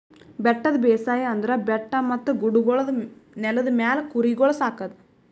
ಬೆಟ್ಟದ ಬೇಸಾಯ ಅಂದುರ್ ಬೆಟ್ಟ ಮತ್ತ ಗುಡ್ಡಗೊಳ್ದ ನೆಲದ ಮ್ಯಾಲ್ ಕುರಿಗೊಳ್ ಸಾಕದ್